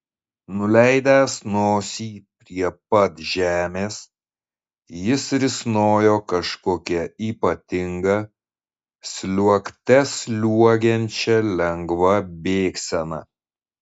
nuleidęs nosį prie pat žemės jis risnojo kažkokia ypatinga sliuogte sliuogiančia lengva bėgsena